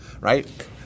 right